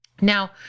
Now